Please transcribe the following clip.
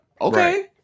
Okay